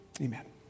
amen